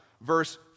Verse